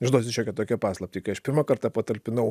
išduosiu šiokią tokią paslaptį kai aš pirmą kartą patalpinau